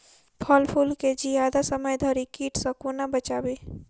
फल फुल केँ जियादा समय धरि कीट सऽ कोना बचाबी?